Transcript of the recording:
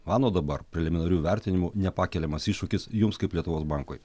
mano dabar preliminariu vertinimu nepakeliamas iššūkis jums kaip lietuvos bankui